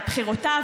את בחירותיו,